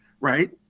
right